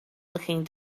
looking